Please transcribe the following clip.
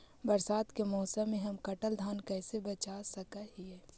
बरसात के मौसम में हम कटल धान कैसे बचा सक हिय?